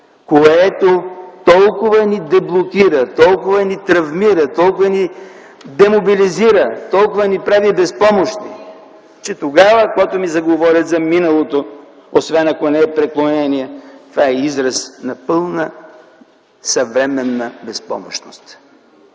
което толкова ни блокира, толкова ни травмира, толкова ни демобилизира, толкова ни прави безпомощни, че тогава, когато ми заговорят за миналото, освен ако не е преклонение, това е израз на пълна съвременна безпомощност.